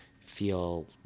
feel